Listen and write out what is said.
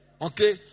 Okay